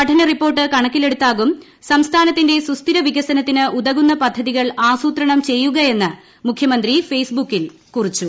പഠന റിപ്പോർട്ട് കണക്കിലെടുത്താകും സംസ്ഥാനത്തിന്റെ സുസ്ഥിരവികസനത്തിന് ഉതകുന്ന പദ്ധതികൾ ആസൂത്രണം ചെയ്യുകയെന്ന് മുഖ്യമന്ത്രി ഫേസ്ബുക്കിൽ കുറിച്ചു